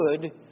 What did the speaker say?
good